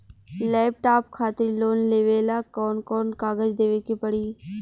Laptop खातिर loan लेवे ला कौन कौन कागज देवे के पड़ी?